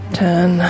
ten